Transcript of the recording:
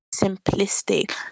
simplistic